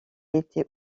était